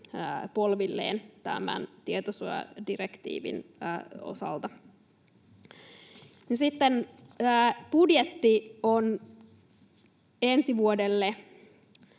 polvilleen tämän tietosuojadirektiivin osalta. No sitten budjetti on ensi vuodelle